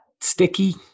Sticky